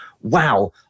wow